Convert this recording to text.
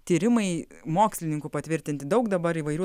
tyrimai mokslininkų patvirtinti daug dabar įvairių